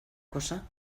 cosa